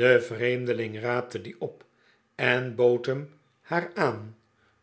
de vreemdeling raapte dien op en bood hem haar aan